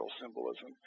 symbolism